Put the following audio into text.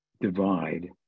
divide